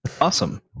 awesome